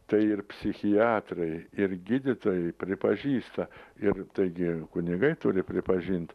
tai ir psichiatrai ir gydytojai pripažįsta ir taigi kunigai turi pripažint